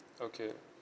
okay